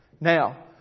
Now